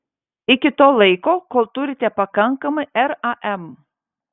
iki to laiko kol turite pakankamai ram